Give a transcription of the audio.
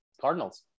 cardinals